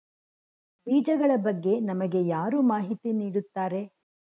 ಬೀಜಗಳ ಬಗ್ಗೆ ನಮಗೆ ಯಾರು ಮಾಹಿತಿ ನೀಡುತ್ತಾರೆ?